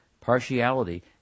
Partiality